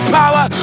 power